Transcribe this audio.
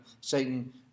Satan